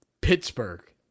Pittsburgh